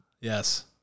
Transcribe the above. Yes